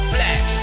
Flex